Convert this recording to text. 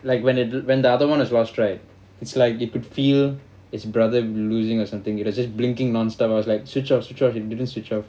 like when it d~ when the other one is lost right it's like they could feel his brother losing or something there's this blinking non stuff I was like switch off switch off it didn't switch off